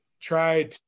try